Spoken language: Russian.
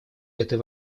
этой